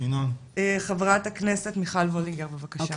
חברת הכנסת, מיכל וולדיגר בבקשה.